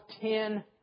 ten